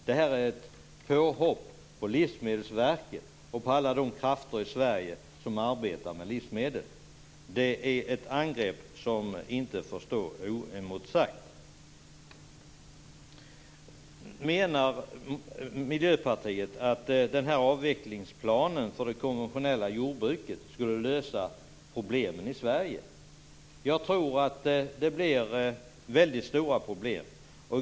Detta är ett påhopp på Livsmedelsverket och på alla de krafter i Sverige som arbetar med livsmedel. Det är ett angrepp som inte får stå oemotsagt. Menar Miljöpartiet att den här avvecklingsplanen för det konventionella jordbruket skulle lösa problemen i Sverige? Jag tror att det blir väldigt stora problem.